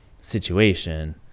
situation